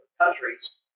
countries